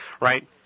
right